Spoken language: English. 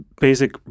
basic